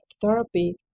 therapy